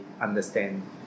understand